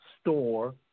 store